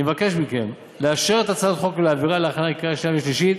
אני מבקש מכם לאשר את הצעת החוק ולהעבירה להכנה לקריאה שנייה ושלישית